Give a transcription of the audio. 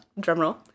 drumroll